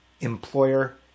employer